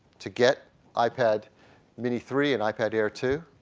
to get ipad mini three and ipad air two,